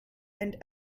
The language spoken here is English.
and